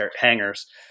hangers